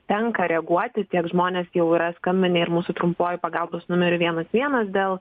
tenka reaguoti tiek žmonės jau yra skambinę ir mūsų trumpuoju pagalbos numeriu vienas vienas dėl